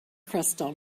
crystal